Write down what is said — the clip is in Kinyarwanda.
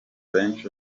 benshi